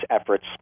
efforts